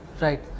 Right